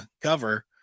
cover